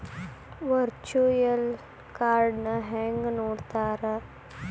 Virtual ಕಾರ್ಡ್ನ ಹೆಂಗ್ ನೋಡ್ತಾರಾ?